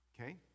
okay